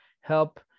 help